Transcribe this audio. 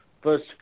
first